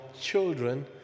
children